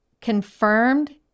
confirmed